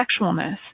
sexualness